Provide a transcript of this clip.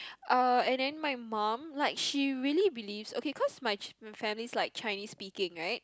uh and then my mum like she really believes okay cause my ch~ family's like Chinese speaking right